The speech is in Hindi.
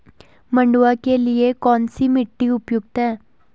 मंडुवा के लिए कौन सी मिट्टी उपयुक्त है?